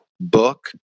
book